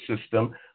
system